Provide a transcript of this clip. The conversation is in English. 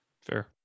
Fair